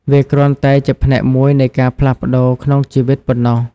វាគ្រាន់តែជាផ្នែកមួយនៃការផ្លាស់ប្តូរក្នុងជីវិតប៉ុណ្ណោះ។